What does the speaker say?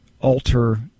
alter